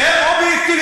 שהם אובייקטיביים.